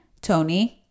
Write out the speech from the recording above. Tony